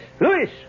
Luis